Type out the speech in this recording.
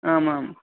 आमाम्